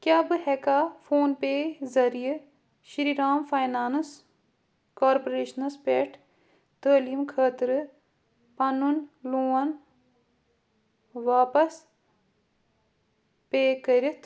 کیٛاہ بہٕ ہٮ۪کا فون پے ذٔریعہٕ شِری رام فاینانٕس کارپوریشنَس پٮ۪ٹھ تعٲلیٖم خٲطرٕ پَنُن لون واپس پے کٔرِتھ